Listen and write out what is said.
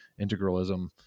integralism